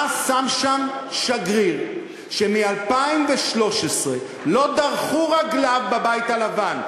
אתה שׂם שׁם שגריר שמ-2013 לא דרכו רגליו בבית הלבן,